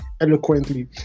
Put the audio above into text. eloquently